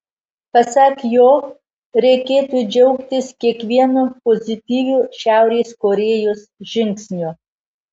pasak jo reikėtų džiaugtis kiekvienu pozityviu šiaurės korėjos žingsniu